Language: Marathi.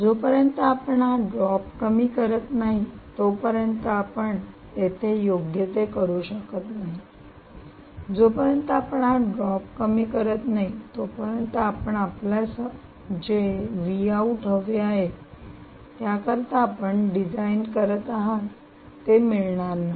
जोपर्यंत आपण हा ड्रॉप कमी करत नाही तोपर्यंत आपण येथे योग्य ते करू शकत नाही जोपर्यंत आपण हा ड्रॉप कमी करत नाही तोपर्यंत आपण आपल्यास जे हवे आहे त्याकरिता आपण डिझाइन करत आहात ते मिळणार नाही